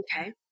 okay